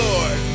Lord